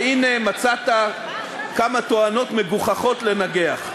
והנה מצאת כמה תואנות מגוחכות לנגח.